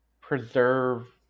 preserve